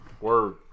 Word